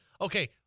Okay